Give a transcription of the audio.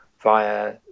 via